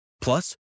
Plus